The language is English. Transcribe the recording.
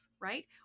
right